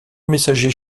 messagers